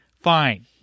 fine